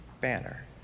Banner